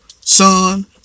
son